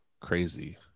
Crazy